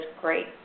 great